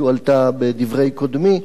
שהועלתה בדברי קודמי.